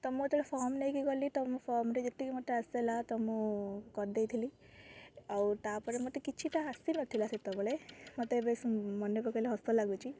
ତ ମୁଁ ଯେତେବେଳେ ଫର୍ମ ନେଇକି ଗଲି ତ ମୁଁ ଫର୍ମରେ ଯେତିକି ମୋତେ ଆସିଲା ତ ମୁଁ କରିଦେଇଥିଲି ଆଉ ତାପରେ ମୋତେ କିଛିଟା ଆସି ନଥିଲା ସେତେବେଳେ ମୋତେ ଏବେ ମନେ ପକାଇଲେ ହସ ଲାଗୁଛି